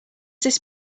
this